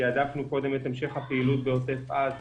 תעדפנו קודם את המשך הפעילות בעוטף עזה.